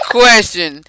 question